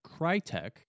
Crytek